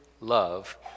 love